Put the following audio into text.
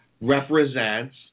represents